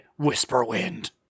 whisperwind